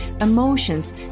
emotions